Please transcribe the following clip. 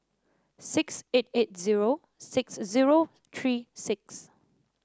six eight eight zero six zero three six